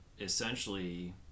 essentially